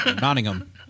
Nottingham